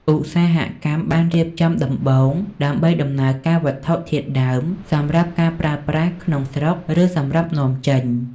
ឧស្សាហកម្មបានរៀបចំដំបូងដើម្បីដំណើរការវត្ថុធាតុដើមសម្រាប់ការប្រើប្រាស់ក្នុងស្រុក ឬសម្រាប់នាំចេញ។